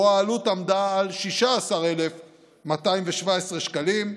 שבו העלות עמדה על 16,217 שקלים.